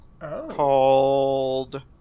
called